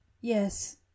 yes